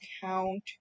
count